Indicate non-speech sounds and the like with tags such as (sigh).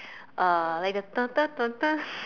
uh like a (noise)